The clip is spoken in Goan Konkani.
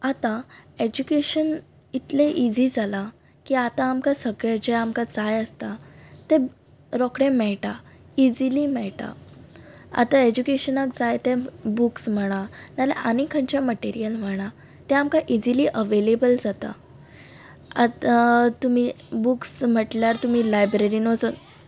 आतां एजुकेशन इतलें इजी जालां की आतां आमकां सगळें जें आमकां जाय आसता तें रोखडें मेळटा इजिली मेळटा आतां एजुकेशनाक जायते बुक्स म्हणा नाल्यार आनींक खंयचें मटिऱ्यल म्हणात तें आमकां इजिली अवेलेबल जाता आतां तुमी बुक्स म्हटल्यार तुमी लायब्ररींत वचोन